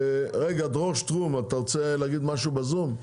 רגע, דרור שטרום, אתה רוצה להגיד משהו בזום?